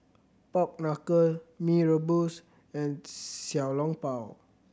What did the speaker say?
pork knuckle Mee Rebus and Xiao Long Bao